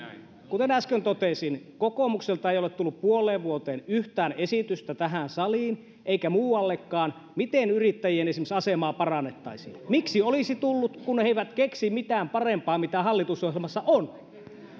kuten äsken totesin kokoomukselta ei ole tullut puoleen vuoteen yhtään esitystä tähän saliin eikä muuallekaan siitä miten esimerkiksi yrittäjien asemaa parannettaisiin miksi olisi tullut kun he eivät keksi mitään parempaa mitä hallitusohjelmassa on